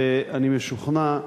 ואני משוכנע,